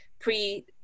pre